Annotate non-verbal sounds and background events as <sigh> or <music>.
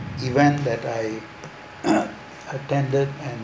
event that I <coughs> attended and